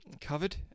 Covered